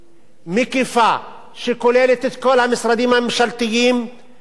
מקיפה שכוללת את כל המשרדים הממשלתיים וכל